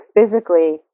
physically